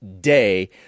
day